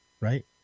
right